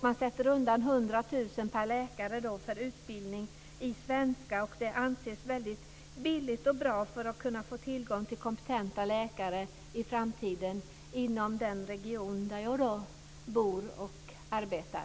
Man sätter undan 100 000 kr per läkare för utbildning i svenska, och det anses väldigt billigt och bra när det gäller att få tillgång till kompetenta läkare i framtiden inom den region där jag bor och arbetar.